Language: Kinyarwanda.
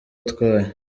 atwaye